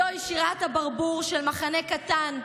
זוהי שירת הברבור של מחנה קטן,